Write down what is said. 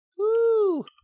Woo